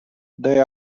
they